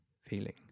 feeling